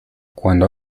cuando